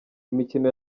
imikino